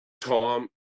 Tom